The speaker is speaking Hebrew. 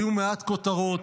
היו מעט כותרות,